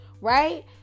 right